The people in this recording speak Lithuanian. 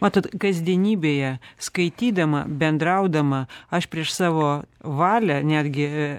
matot kasdienybėje skaitydama bendraudama aš prieš savo valią netgi